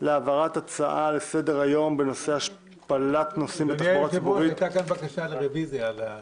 להעברת הצעה לסדר היום בנושא "השפלות נוסעים בתחבורה הציבורית